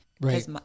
Right